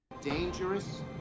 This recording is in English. dangerous